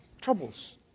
troubles